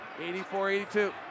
84-82